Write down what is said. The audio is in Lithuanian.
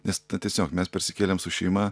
nes tiesiog mes persikėlėm su šeima